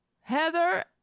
Heather